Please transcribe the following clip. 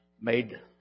made